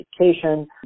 education